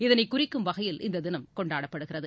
இதனைக் குறிக்கும் வகையில் இந்ததினம் கொண்டாடப்படுகிறது